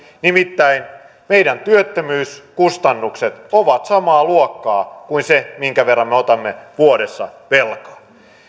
nimittäin meidän työttömyyskustannukset ovat samaa luokkaa kuin se minkä verran me otamme vuodessa velkaa